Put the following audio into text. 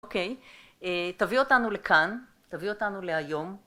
‫אוקיי. תביאו אותנו לכאן, ‫תביאו אותנו להיום.